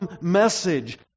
message